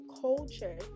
culture